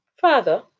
Father